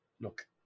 look